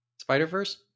spider-verse